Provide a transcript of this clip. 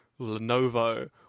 Lenovo